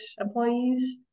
employees